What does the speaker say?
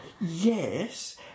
yes